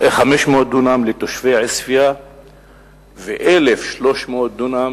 500 דונם לתושבי עוספיא ו-1,300 דונם